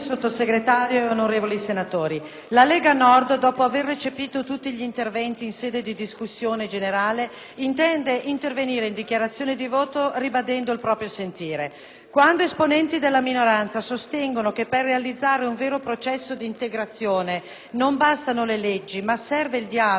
la Lega Nord, dopo aver recepito tutti gli interventi in sede di discussione generale, intende intervenire in dichiarazione di voto ribadendo il proprio sentire. Quando esponenti della minoranza sostengono che per realizzare un vero processo di integrazione non bastano le leggi ma serve il dialogo e la condivisione tra le culture,